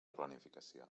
planificació